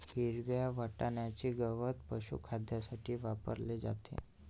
हिरव्या वाटण्याचे गवत पशुखाद्यासाठी वापरले जाते